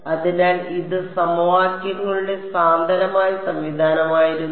അതിനാൽ ഇത് സമവാക്യങ്ങളുടെ സാന്ദ്രമായ സംവിധാനമായിരുന്നു